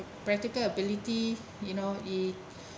practical ability you know it